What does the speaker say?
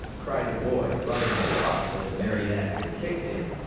cried the boy, rubbing the spot where the marionette had kicked him.